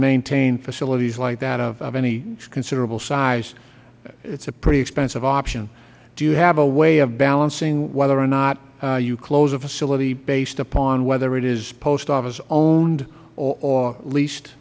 maintain facilities like that of any considerable size it is a pretty expensive option do you have a way of balancing whether or not you close a facility based upon whether it is post office owned or leas